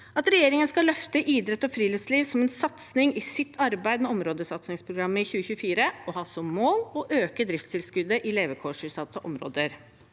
at regjeringen skal løfte idrett og friluftsliv som en satsing i sitt arbeid med områdesatsingsprogrammet ut 2024, og ha som mål å øke driftstilskuddet i levekårsutsatte områder.